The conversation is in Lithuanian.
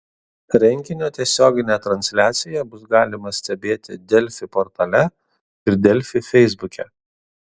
renginio tiesioginę transliaciją bus galima stebėti delfi portale ir delfi feisbuke